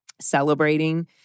celebrating